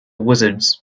wizards